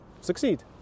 succeed